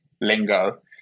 lingo